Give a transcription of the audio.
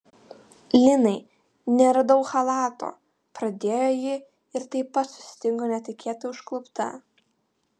linai neradau chalato pradėjo ji ir taip pat sustingo netikėtai užklupta